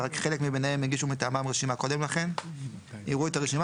ורק חלק מבניהם הגישו מטעמם רשימה קודם לכן - יראו את הרשימה